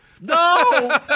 No